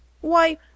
Why